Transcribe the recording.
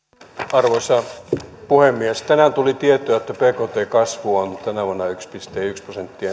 arvoisa puhemies tänään tuli tieto että bktn kasvu on tänä vuonna yksi pilkku yksi prosenttia